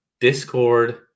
Discord